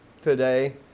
today